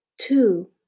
two